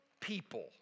people